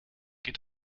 geht